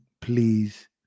please